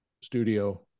studio